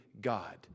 God